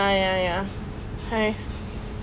dey when did you last change your specs